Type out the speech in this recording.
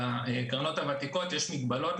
בקרנות הוותיקות יש מגבלות.